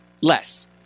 less